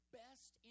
best